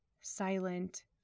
silent